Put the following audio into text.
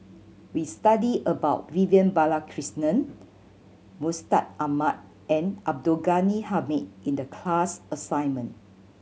we studied about Vivian Balakrishnan Mustaq Ahmad and Abdul Ghani Hamid in the class assignment